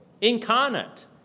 incarnate